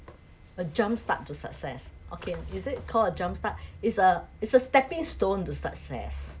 a jump start to success okay is it call a jump start it's a it's a stepping stone to success